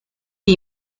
que